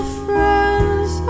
friends